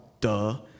Duh